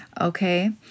Okay